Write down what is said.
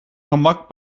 gemak